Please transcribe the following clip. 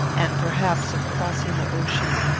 and, perhaps, of crossing the ocean,